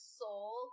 soul